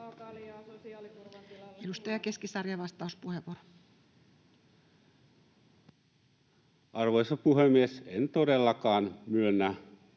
Edustaja Keskisarja, vastauspuheenvuoro. Arvoisa puhemies! En todellakaan myönnä,